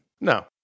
No